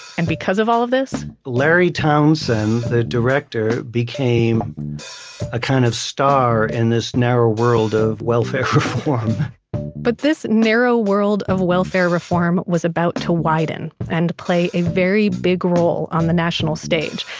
and because of all of this larry townsend, the director became a kind of star in this narrow world of welfare reform but this narrow world of welfare reform was about to widen and play a very big role on the national stage.